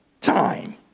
time